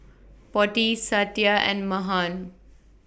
Potti Satya and Mahan